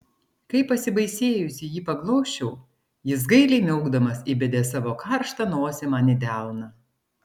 kai pasibaisėjusi jį paglosčiau jis gailiai miaukdamas įbedė savo karštą nosį man į delną